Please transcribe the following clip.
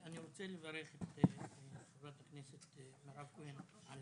אני רוצה לברך את ח"כ מירב כהן על